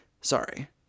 Sorry